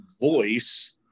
voice